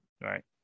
right